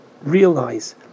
realize